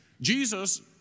Jesus